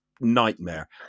nightmare